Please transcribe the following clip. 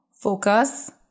focus